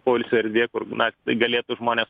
poilsio erdvė kur na galėtų žmonės